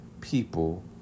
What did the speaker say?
people